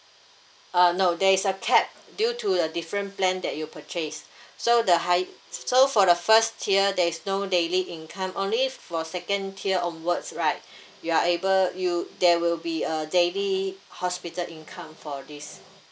uh no there is a cap due to the different plan that you purchase so the high~ so for the first tier there is no daily income only for second tier onwards right you are able you there will be a daily hospital income for this